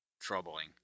troubling